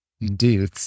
Indeed